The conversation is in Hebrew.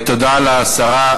תודה לשרה.